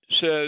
says